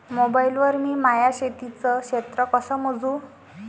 Mobile वर मी माया शेतीचं क्षेत्र कस मोजू?